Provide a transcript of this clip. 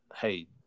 Hey